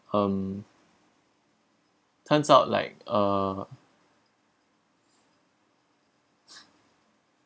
um turns out like a